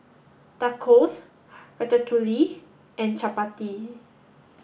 Tacos Ratatouille and Chapati